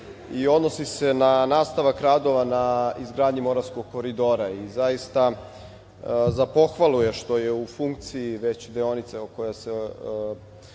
i odnosi se na nastavak radova na izgradnji Moravskog koridora.Za pohvalu je što je u funkciji već deonica od Pojata